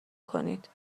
کنید